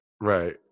Right